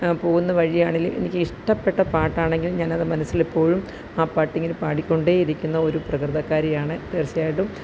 പോകുന്ന വഴിയാണേല് എനിക്കിഷ്ടപ്പെട്ട പാട്ടാണെങ്കിൽ ഞാനത് മനസ്സിലെപ്പോഴും ആ പാട്ടിങ്ങനെ പാടിക്കൊണ്ടേയിരിക്കുന്നൊരു പ്രകൃതക്കാരിയാണ് തീർച്ചയായിട്ടും